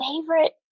favorite